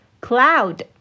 cloud